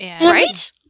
Right